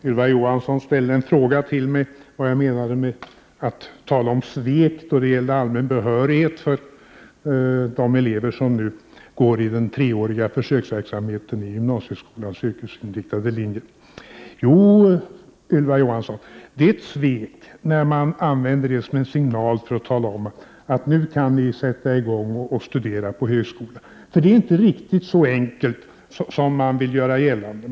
Herr talman! Ylva Johansson frågade mig vad jag menade med att tala om svek då det gäller allmän behörighet för de elever som nu deltar i den försökverksamhet som pågår med treåriga yrkesinriktade linjer på gymnasieskolan. Det är ett svek, när man använder det som en signal för att tala om att dessa elever nu kan sätta i gång och studera på högskolan. Det är nämligen inte riktigt så enkelt som man vill göra gällande.